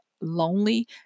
lonely